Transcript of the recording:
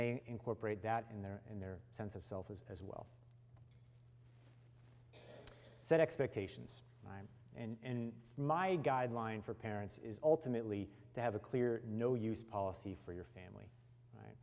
they incorporate that in their in their sense of self as well as set expectations i'm in my guideline for parents is ultimately to have a clear no use policy for your family